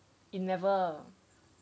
it never